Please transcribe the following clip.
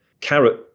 Carrot